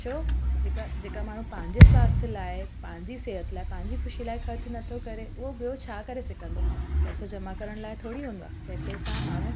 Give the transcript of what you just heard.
छो जेका जेका माण्हू पंहिंजे स्वास्थ्यु लाइ पंहिंजी सिहत लाइ पांजी ख़ुशी लाए ख़र्च नथो करे उहो ॿियो छा करे सघंदो पैसो जमा करण लाइ थोरी हूंदो आहे पैसे सां माण्हू